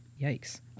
Yikes